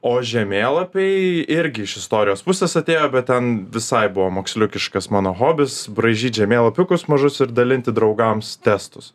o žemėlapiai irgi iš istorijos pusės atėjo bet ten visai buvo moksliukiškas mano hobis braižyt žemėlapiukus mažus ir dalinti draugams testus